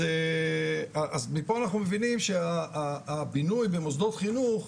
אז מפה אנחנו מבינים שהבינוי במוסדות חינוך,